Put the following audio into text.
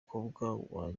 ukundwa